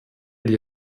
die